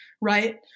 Right